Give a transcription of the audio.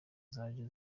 zaje